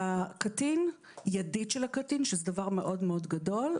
הקטין, ידיד של הקטין, שזה דבר מאוד-מאוד גדול,